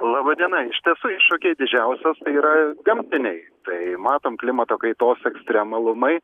laba diena iš tiesų iššūkiai didžiausios tai yra gamtiniai tai matom klimato kaitos ekstremalumai